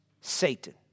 Satan